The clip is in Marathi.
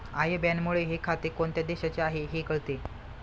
आय बॅनमुळे हे खाते कोणत्या देशाचे आहे हे कळते